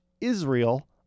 Israel